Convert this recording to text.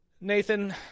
nathan